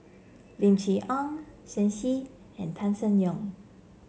Lim Chee Onn Shen Xi and Tan Seng Yong